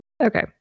Okay